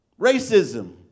racism